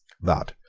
but,